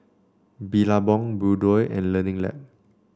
Billabong Bluedio and Learning Lab